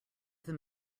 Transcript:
them